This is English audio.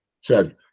says